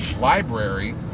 library